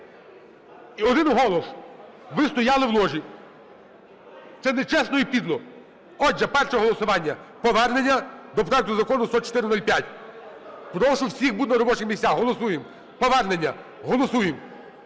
Один голос! Ви стояли в ложі. Це нечесно і підло! Отже, перше голосування – повернення до проекту Закону 10405. Прошу всіх бути на робочих місцях. Голосуємо повернення. Голосуємо.